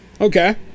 Okay